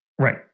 Right